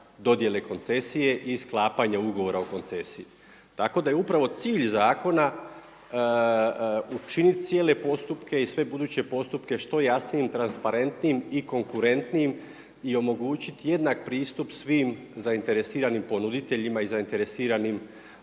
dodjele koncesije i sklapanja ugovora o koncesiji. Tako da je upravo cilj zakona učiniti cijele postupke i sve buduće postupke što jasnijim i transparentnijim i konkurentnijim i omogućiti jednak pristup svim zainteresiranim ponuditeljima i zainteresiranim